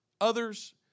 Others